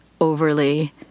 overly